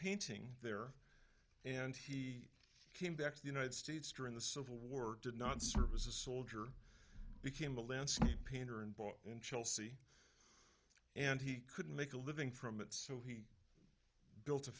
painting there and he came back to the united states during the civil war did not serve as a soldier became a landscape painter and bought in chelsea and he could make a living from it so he built a